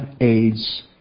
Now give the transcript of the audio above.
AIDS